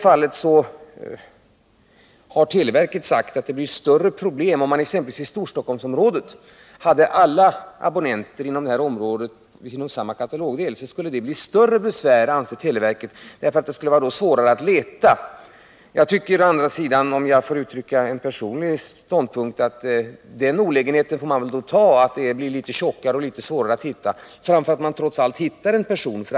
Här har televerket sagt att det blir större problem, om man exempelvis i Storstockholmsområdet skulle ha alla abonnenter i samma katalogdel. Det skulle då bli svårare att leta, anser televerket. Om jag får uttrycka en personlig mening vill jag säga att jag tycker att man får ta den olägenheten att katalogen blir litet tjockare och svårare att hitta i bara man trots allt finner personen i fråga.